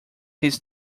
his